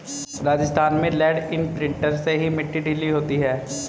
राजस्थान में land imprinter से ही मिट्टी ढीली होती है